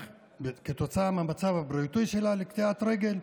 שכתוצאה מהמצב הבריאותי שלה היא בדרך לקטיעת רגל,